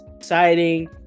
exciting